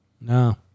No